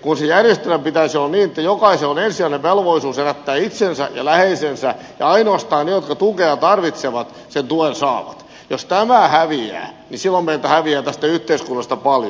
kun sen järjestelmän pitäisi olla niin että jokaisella on ensisijainen velvollisuus elättää itsensä ja läheisensä ja ainoastaan ne jotka tukea tarvitsevat sen tuen saavat ja jos tämä häviää niin silloin meiltä häviää tästä yhteiskunnasta paljon